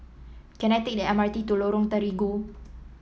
can I take the M R T to Lorong Terigu